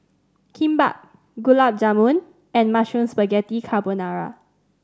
Kimbap Gulab Jamun and Mushroom Spaghetti Carbonara